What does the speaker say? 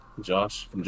Josh